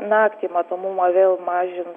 naktį matomumą vėl mažin